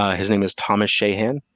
ah his name is thomas shahan.